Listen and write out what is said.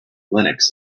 linux